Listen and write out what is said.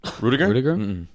Rudiger